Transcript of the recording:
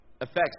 affects